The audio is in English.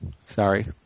Sorry